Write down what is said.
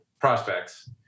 prospects